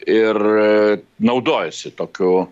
ir naudojasi tokiu